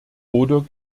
oder